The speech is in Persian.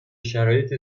شرایط